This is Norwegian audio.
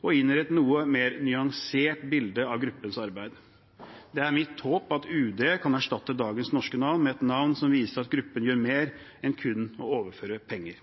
og inngir et noe mer nyansert bilde av gruppens arbeid. Det er mitt håp at UD kan erstatte dagens norske navn med et navn som viser at gruppen gjør mer enn kun å overføre penger.